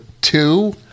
two